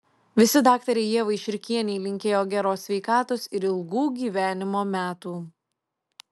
visi daktarei ievai širkienei linkėjo geros sveikatos ir ilgų gyvenimo metų